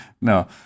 no